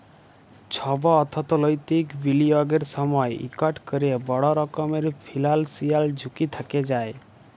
ছব অথ্থলৈতিক বিলিয়গের সময় ইকট ক্যরে বড় রকমের ফিল্যালসিয়াল ঝুঁকি থ্যাকে যায়